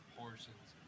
portions